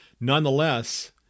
nonetheless